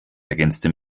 ergänzte